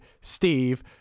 Steve